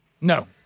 No